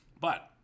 But-